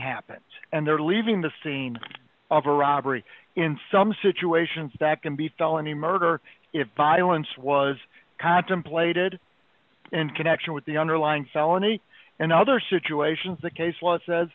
happens and they're leaving the scene of a robbery in some situations that can be felony murder if violence was contemplated in connection with the underlying felony and other situations the case law